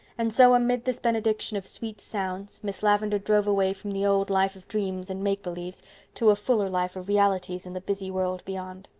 and so, amid this benediction of sweet sounds, miss lavendar drove away from the old life of dreams and make-believes to a fuller life of realities in the busy world beyond.